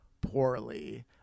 poorly